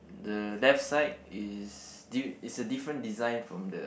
the left side is d~ is a different design from the